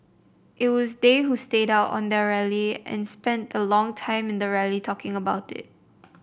it was they who started out on their rally and spent a long time in the rally talking about it